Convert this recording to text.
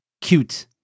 cute